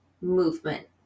movement